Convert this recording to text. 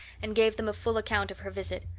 and gave them a full account of her visit.